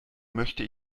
möchte